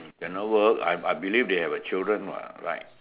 when I work I I believe they have a children what right